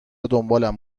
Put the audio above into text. دنبالم